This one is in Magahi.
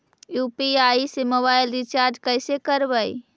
यु.पी.आई से मोबाईल रिचार्ज कैसे करबइ?